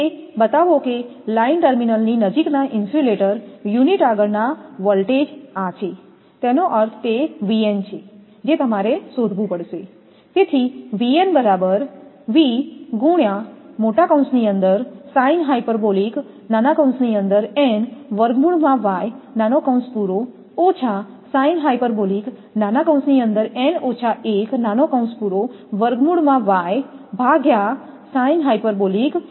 તે બતાવો કે લાઇન ટર્મિનલની નજીકના ઇન્સ્યુલેટર યુનિટ આગળના વોલ્ટેજ આ છે તેનો અર્થ જે તમારે શોધવું પડશે